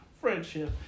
friendship